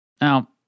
Now